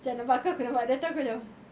macam nampak kau aku nampak dia terus aku macam